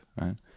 right